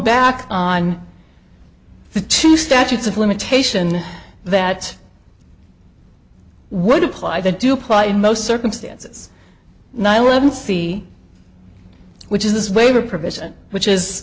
back on the two statutes of limitation that would apply the do apply in most circumstances nine eleven see which is this waiver provision which is